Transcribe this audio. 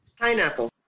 Pineapple